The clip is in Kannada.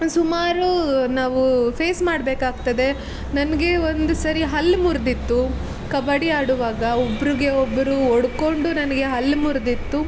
ಸುಮಾರು ನಾವು ಫೇಸ್ ಮಾಡಬೇಕಾಗ್ತದೆ ನನಗೆ ಒಂದು ಸರಿ ಹಲ್ಲು ಮುರಿದಿತ್ತು ಕಬಡ್ಡಿ ಆಡುವಾಗ ಒಬ್ರಿಗೆ ಒಬ್ಬರು ಹೊಡ್ಕೊಂಡು ನನಗೆ ಹಲ್ಲು ಮುರಿದಿತ್ತು